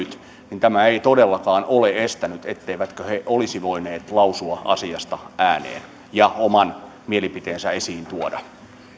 niin tämä ei todellakaan ole estänyt etteivätkö he olisi voineet lausua asiasta ääneen ja oman mielipiteensä esiin tuoda